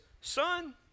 Son